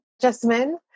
Jasmine